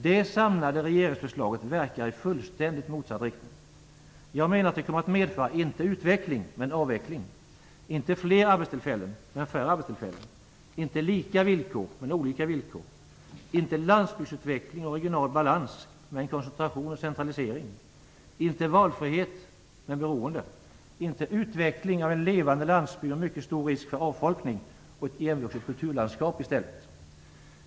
Det samlade regeringsförslaget verkar i fullständigt motsatt riktning. Jag menar att det inte kommer att medföra utveckling utan avveckling, inte fler arbetstillfällen utan färre, inte lika villkor utan olika villkor, inte landsbygdsutveckling och regional balans utan koncentration och centralisering, inte valfrihet utan beroende, inte utveckling av en levande landsbygd utan mycket stor risk för avfolkning och ett igenvuxet kulturlandskap. Fru talman!